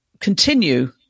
continue